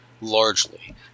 largely